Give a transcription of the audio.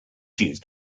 used